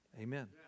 Amen